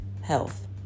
health